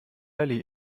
valley